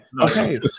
okay